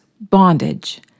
bondage